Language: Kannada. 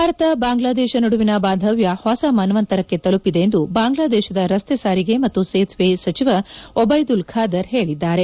ಭಾರತ ಬಾಂಗ್ಲಾದೇಶ ನಡುವಿನ ಬಾಂಧವ್ಕ ಹೊಸ ಮನ್ವಂತರಕ್ಕೆ ತಲುಪಿದೆ ಎಂದು ಬಾಂಗ್ಲಾದೇಶದ ರಸ್ತೆ ಸಾರಿಗೆ ಮತ್ತು ಸೇತುವೆ ಸಚಿವ ಒಬೈದುಲ್ ಖಾದರ್ ಹೇಳಿದ್ದಾರೆ